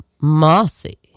Mossy